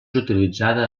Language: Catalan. utilitzada